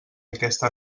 aquesta